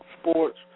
Sports